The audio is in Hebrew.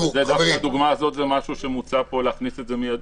דווקא הדוגמה הזאת זה משהו שמוצע פה להכניס את זה מיידית,